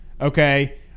okay